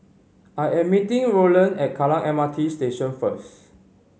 I am meeting Rowland at Kallang M R T Station first